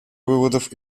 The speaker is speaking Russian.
выводов